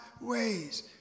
ways